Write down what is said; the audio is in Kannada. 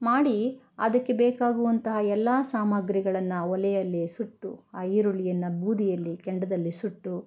ಮಾಡಿ ಅದಕ್ಕೆ ಬೇಕಾಗುವಂತಹ ಎಲ್ಲ ಸಾಮಾಗ್ರಿಗಳನ್ನು ಒಲೆಯಲ್ಲಿಯೇ ಸುಟ್ಟು ಆ ಈರುಳ್ಳಿಯನ್ನು ಬೂದಿಯಲ್ಲಿ ಕೆಂಡದಲ್ಲಿ ಸುಟ್ಟು